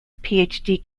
phd